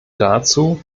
dazu